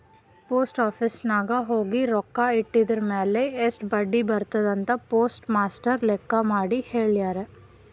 post office ನಾಗ್ ಹೋಗಿ ರೊಕ್ಕಾ ಇಟ್ಟಿದಿರ್ಮ್ಯಾಲ್ ಎಸ್ಟ್ ಬಡ್ಡಿ ಬರ್ತುದ್ ಅಂತ್ ಪೋಸ್ಟ್ ಮಾಸ್ಟರ್ ಲೆಕ್ಕ ಮಾಡಿ ಹೆಳ್ಯಾರ್